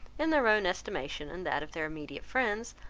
in their own estimation, and that of their immediate friends,